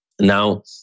now